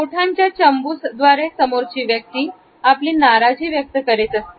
ओठांच्या चंबु द्वारे समोरची व्यक्ती आपली नाराजी व्यक्त करीत असते